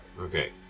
Okay